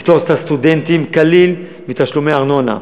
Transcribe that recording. לפטור את הסטודנטים כליל מתשלומי ארנונה.